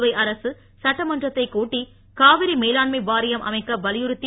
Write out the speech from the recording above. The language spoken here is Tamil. புதுவை அரக சட்டமன்றத்தை கூட்டி காவிரி மேலாண்மை வாரியம் அமைக்க வலியுறுத்தி